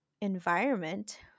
environment